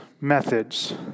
methods